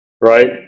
right